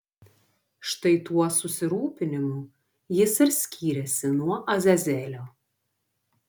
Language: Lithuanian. štai tuo susirūpinimu jis ir skyrėsi nuo azazelio